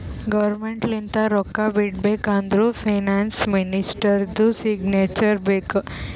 government ಲಿಂತ ರೊಕ್ಕಾ ಬಿಡ್ಬೇಕ ಅಂದುರ್ ಫೈನಾನ್ಸ್ ಮಿನಿಸ್ಟರ್ದು ಸಿಗ್ನೇಚರ್ ಬೇಕ್